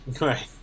Right